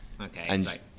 Okay